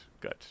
good